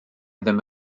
ddim